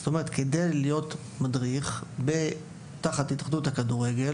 כדי להיות מדריך תחת התאחדות הכדורגל